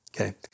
Okay